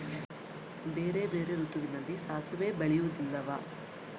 ಬೇರೆ ಬೇರೆ ಋತುವಿನಲ್ಲಿ ಸಾಸಿವೆ ಬೆಳೆಯುವುದಿಲ್ಲವಾ?